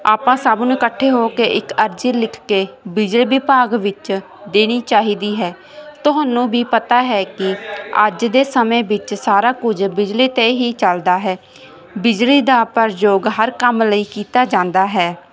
ਆਪਾਂ ਸਭ ਨੂੰ ਇਕੱਠੇ ਹੋ ਕੇ ਇੱਕ ਅਰਜੀ ਲਿਖ ਕੇ ਬੀਜਲੀ ਵਿਭਾਗ ਵਿੱਚ ਦੇਨੀ ਚਾਹੀਦੀ ਹੈ ਤੁਹਾਨੂੰ ਵੀ ਪਤਾ ਹੈ ਕੀ ਅੱਜ ਦੇ ਸਮੇਂ ਵਿੱਚ ਸਾਰਾ ਕੁਝ ਬਿਜਲੀ ਤੇ ਹੀ ਚੱਲਦਾ ਹੈ ਬਿਜਲੀ ਦਾ ਪਰਯੋਗ ਹਰ ਕੰਮ ਲਈ ਕੀਤਾ ਜਾਂਦਾ ਹੈ